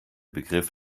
begriff